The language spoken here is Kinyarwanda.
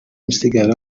misigaro